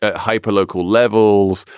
ah hyper local levels.